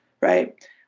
right